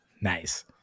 Nice